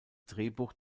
drehbuch